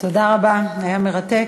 תודה רבה, היה מרתק.